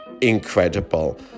incredible